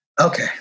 okay